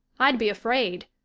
i'd be afraid.